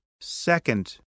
second